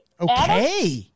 Okay